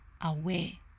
away